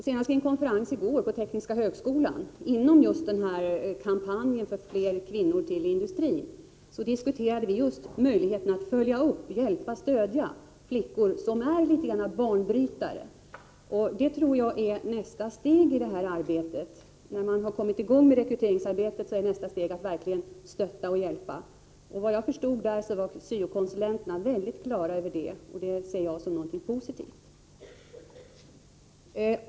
Senast vid en konferens i går på Tekniska högskolan inom ramen för kampanjen för fler kvinnor till industrin diskuterade vi just möjligheterna att följa upp, hjälpa och stödja flickor som är något av banbrytare. Jag tror att nästa steg — när man har kommit i gång med rekryteringsarbetet — just är att verkligen stötta och hjälpa. Såvitt jag förstår av den diskussionen är syo-konsulenterna helt på det klara med det, och det ser jag som någonting positivt.